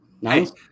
nice